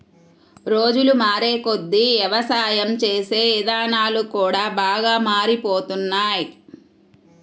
రోజులు మారేకొద్దీ యవసాయం చేసే ఇదానాలు కూడా బాగా మారిపోతున్నాయ్